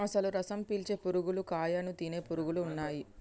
అసలు రసం పీల్చే పురుగులు కాయను తినే పురుగులు ఉన్నయ్యి